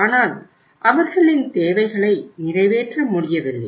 ஆனால் அவர்களின் தேவைகளை நிறைவேற்ற முடியவில்லை